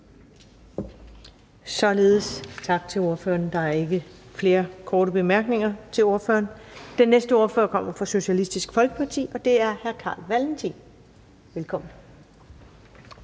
Ellemann): Tak til ordføreren. Der er ikke flere korte bemærkninger til ordføreren. Den næste ordfører kommer fra Socialistisk Folkeparti, og det er hr. Carl Valentin. Velkommen.